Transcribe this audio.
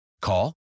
Call